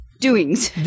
doings